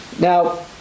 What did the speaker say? Now